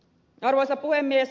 arvoisa puhemies